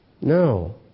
No